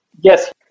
Yes